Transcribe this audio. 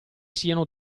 siano